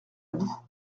bout